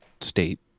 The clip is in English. state